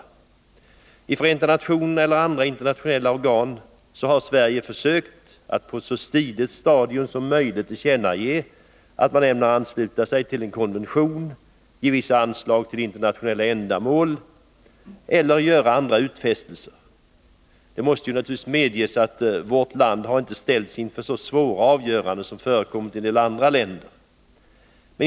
I Förenta nationerna eller andra internationella organ har Sverige försökt att på ett så tidigt stadium som möjligt tillkännage att vi ämnar ansluta oss till en konvention, ge vissa anslag till internationella ändamål eller göra andra utfästelser. Det måste dock medges att vårt land inte har ställts inför så svåra avgöranden som har förekommit i en del andra länder.